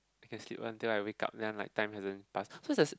I can sleep until I wake up then like time hasn't passed so it's like